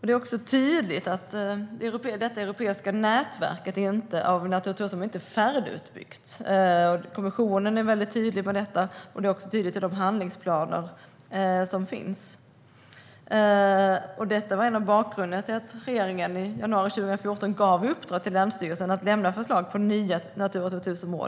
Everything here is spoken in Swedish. Det är tydligt att detta europeiska nätverk av Natura 2000-områden inte är färdigutbyggt. Kommissionen är väldigt tydlig när det gäller detta, och det är även tydligt i de handlingsplaner som finns. Detta var en av bakgrunderna till att regeringen i januari 2014 gav länsstyrelsen i uppdrag att lämna förslag på nya Natura 2000-mål.